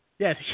Yes